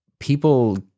people